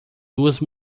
duas